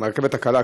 מהרכבת הקלה,